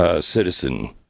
citizen